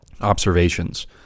observations